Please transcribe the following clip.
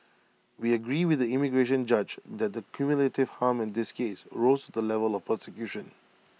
we agree with the immigration judge that the cumulative harm in this case rose the level of persecution